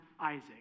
Isaac